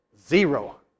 Zero